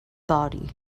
body